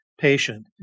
patient